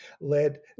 led